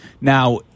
Now